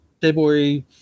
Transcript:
february